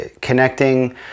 connecting